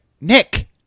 Nick